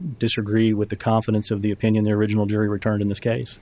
disagree with the confidence of the opinion the original jury returned in this case